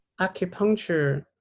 acupuncture